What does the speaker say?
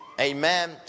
Amen